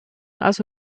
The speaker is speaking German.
also